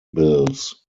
bills